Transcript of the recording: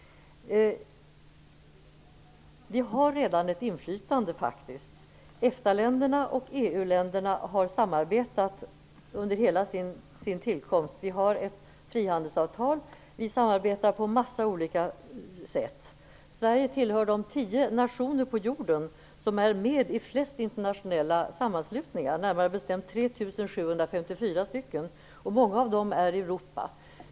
Vi har faktiskt redan ett inflytande. EFTA länderna och EU-länderna har samarbetat ända sedan EFTA:s och EG:s tillkomst. Vi har ett frihandelsavtal och samarbetar på en massa olika sätt. Sverige tillhör de tio nationer på jorden som är med i flest internationella sammanslutningar, närmare bestämt 3 754 stycken. Många av dem finns i Europa.